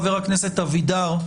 חבר הכנסת אבידר,